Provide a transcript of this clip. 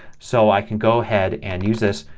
so i can go ahead and use this